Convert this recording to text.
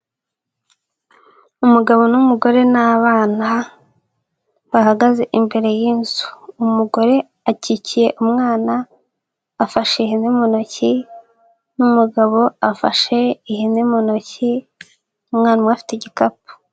Umugabo n'umugore n'abana bahagaze imbere y'inzu, umugore akikiye umwana afashe ihene mu ntoki n'umugabo afashe ihene mu ntoki, umwana umwe afite igikapu.